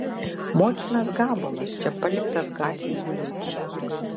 močnas gabalas čia paliktas gatvėj gulėti